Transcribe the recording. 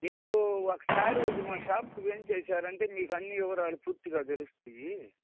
మీరు ఒకసారి వచ్చి మా షాపుకి వేంచేసారంటే మీకు అన్ని వివరాలు పూర్తిగా తెలుస్తాయి